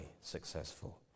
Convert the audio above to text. successful